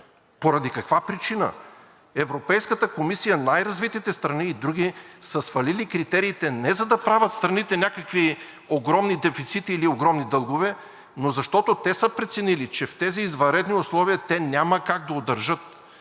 Поради каква причина?! Европейската комисия, най-развитите страни и други са свалили критериите не за да правят страните някакви огромни дефицити или огромни дългове, но защото са преценили, че в тези извънредни условия няма как да удържат